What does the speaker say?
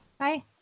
Hi